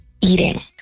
eating